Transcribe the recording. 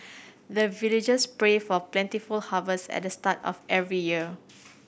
the villagers pray for plentiful harvest at the start of every year